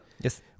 yes